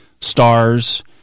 Stars